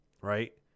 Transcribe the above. Right